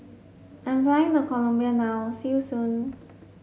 I'm flying to Colombia now see you soon